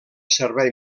servei